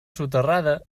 soterrada